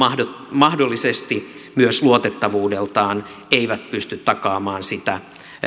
mahdollisesti myös luotettavuudeltaan eivät pysty takaamaan sitä